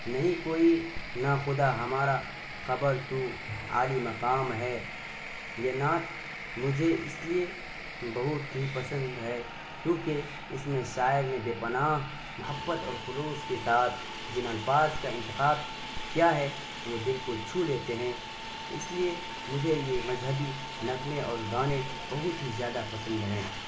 نہیں کوئی ناخدا ہمارا خبر تو عالی مقام ہے یہ نعت مجھے اس لیے بہت ہی پسند ہے کیونکہ اس میں شاعر نے بےپناہ محبت اور خلوص کے ساتھ جن الفاظ کا انتخاب کیا ہے وہ دل کو چھو لیتے ہیں اس لیے مجھے یہ مذہبی نغمے اور گانے بہت ہی زیادہ پسند ہیں